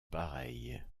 pareille